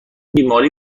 بیماری